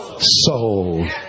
soul